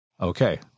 Okay